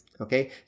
Okay